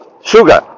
sugar